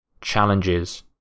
challenges